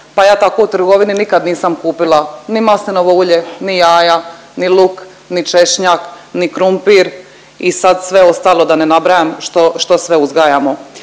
pa ja tako u trgovini nikad nisam kupila ni maslinovo ulje, ni jaja, ni luk, ni češnjak, ni krumpir i sad sve ostalo da ne nabrajam što, što sve uzgajamo.